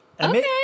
okay